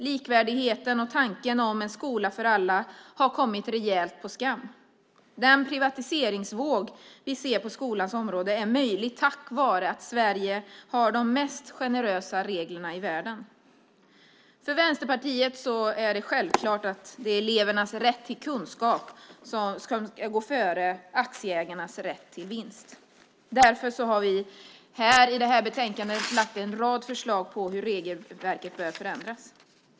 Likvärdigheten och tanken om en skola för alla har kommit rejält på skam. Den privatiseringsvåg vi ser på skolans område är möjlig tack vare att Sverige har de mest generösa reglerna i världen. För Vänsterpartiet är det självklart att det är elevers rätt till kunskap som går före aktieägares rätt till vinst. Därför har vi här lagt fram en rad förslag på hur regelverket bör förändras.